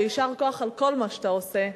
ויישר כוח על כל מה שאתה עושה.